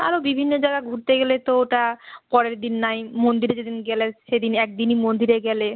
আরও বিভিন্ন জায়গা ঘুরতে গেলে তো ওটা পরের দিন নাই মন্দিরে যে দিন গেলে সে দিন একদিনই মন্দিরে গেলে